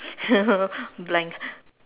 blank